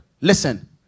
Listen